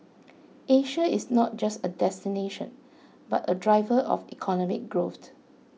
Asia is not just a destination but a driver of economic growth